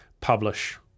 publish